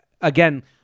again